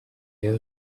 your